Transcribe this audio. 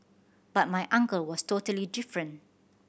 but my uncle was totally different